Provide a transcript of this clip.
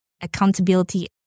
Accountability